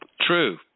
True